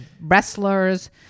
wrestlers